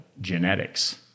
genetics